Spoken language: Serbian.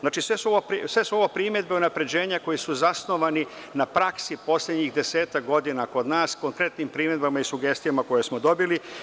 Znači, sve su ovo primedbe unapređenja, koje su zasnovane na praksi poslednjih desetak godina kod nas, konkretnim primedbama i sugestijama koje smo dobili.